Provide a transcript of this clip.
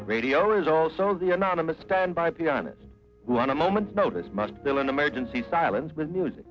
radio is also the anonymous penned by pianist on a moment's notice must fill an emergency silence with music